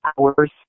hours